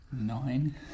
nine